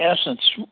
essence